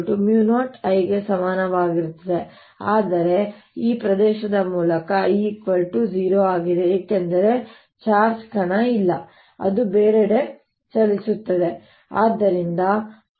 I ಗೆ ಸಮನಾಗಿರುತ್ತದೆ ಆದರೆ ನಾನು ಈ ಪ್ರದೇಶದ ಮೂಲಕ I0 ಆಗಿದೆ ಏಕೆಂದರೆ ಚಾರ್ಜ್ ಕಣ ಇಲ್ಲ ಅದು ಬೇರೆಡೆ ಚಲಿಸುತ್ತಿದೆ